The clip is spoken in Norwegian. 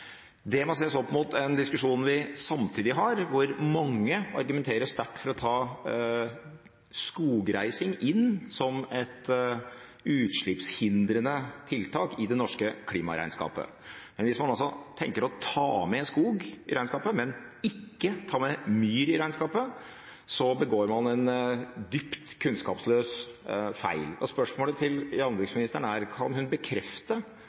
Det må ses opp mot den diskusjonen vi samtidig har, hvor mange argumenterer sterkt for å ta skogreising inn som et utslippshindrende tiltak i det norske klimaregnskapet. Hvis man tenker å ta med skog i regnskapet, men ikke ta med myr i regnskapet, begår man en dypt kunnskapsløs feil. Og spørsmålet til landbruksministeren er: Kan hun bekrefte